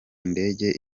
indege